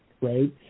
right